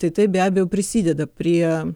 tai tai be abejo prisideda prie